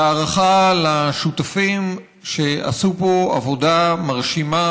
בהערכה לשותפים שעשו פה עבודה מרשימה